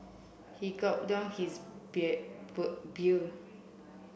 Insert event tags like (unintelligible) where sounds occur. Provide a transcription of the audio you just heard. he gulped down his beer (unintelligible)